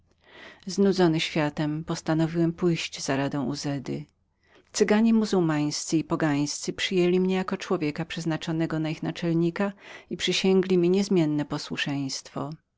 znudzony światem postanowiłem pójść za radą uzedy cyganie muzułmańscy i pogańscy przyjęli mnie jako człowieka przeznaczonego na ich naczelnika i poprzysięgli mi niezmienne posłuszeństwo